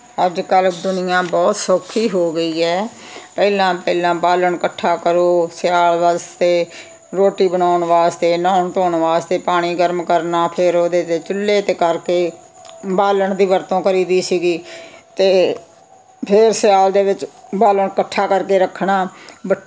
ਅੱਜ ਕੱਲ੍ਹ ਦੁਨੀਆਂ ਬਹੁਤ ਸੌਖੀ ਹੋ ਗਈ ਹੈ ਪਹਿਲਾਂ ਪਹਿਲਾਂ ਬਾਲਣ ਇਕੱਠਾ ਕਰੋ ਸਿਆਲ ਵਾਸਤੇ ਰੋਟੀ ਬਣਾਉਣ ਵਾਸਤੇ ਨਹਾਉਣ ਧੋਣ ਵਾਸਤੇ ਪਾਣੀ ਗਰਮ ਕਰਨਾ ਫਿਰ ਉਹਦੇ 'ਤੇ ਚੁੱਲ੍ਹੇ 'ਤੇ ਕਰਕੇ ਬਾਲਣ ਦੀ ਵਰਤੋਂ ਕਰੀਦੀ ਸੀਗੀ ਅਤੇ ਫਿਰ ਸਿਆਲ ਦੇ ਵਿੱਚ ਬਾਲਣ ਇਕੱਠਾ ਕਰਕੇ ਰੱਖਣਾ ਬ